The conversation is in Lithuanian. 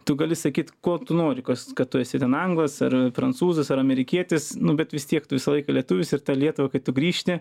tu gali sakyt ko tu nori kas kad tu esi anglas ar prancūzas ar amerikietis nu bet vis tiek tu visą laiką lietuvis ir į tą lietuvą kai tu grįžti